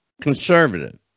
Conservative